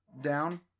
down